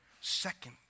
second